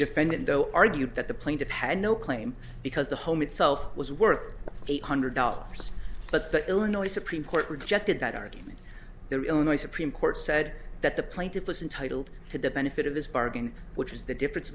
defendant though argued that the plane to pay no claim because the home itself was worth eight hundred dollars but the illinois supreme court rejected that argument their illinois supreme court said that the plaintiff was intitled to the benefit of his bargain which is the difference